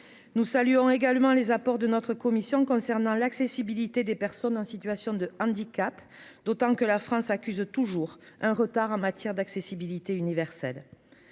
nous saluons également les apports de notre commission concernant l'accessibilité des personnes en situation de handicap, d'autant que la France accuse toujours un retard en matière d'accessibilité universelle